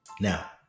Now